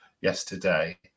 yesterday